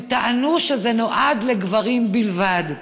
הם טענו שזה נועד לגברים בלבד.